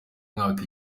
mwaka